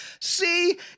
See